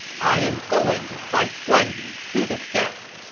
i am going to fight guan yu to the death.